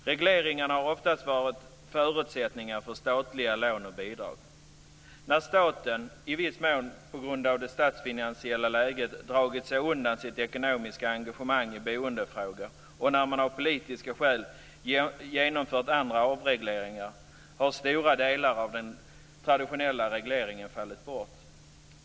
Regleringarna har ofta varit förutsättningar för statliga lån och bidrag. När staten, i viss mån på grund av det statsfinansiella läget, dragit sig undan sitt ekonomiska engagemang i boendefrågor och när man av politiska skäl genomfört andra avregleringar har stora delar av den traditionella regleringen fallit bort.